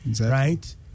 right